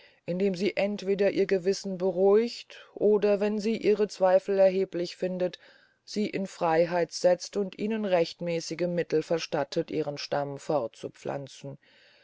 indem sie entweder ihr gewissen beruhigt oder wenn sie ihre zweifel erheblich findet sie in freyheit setzt und ihnen rechtmäßige mittel verstattet ihren stamm fortzupflanzen